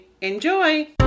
Enjoy